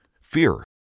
Fear